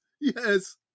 yes